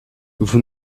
vous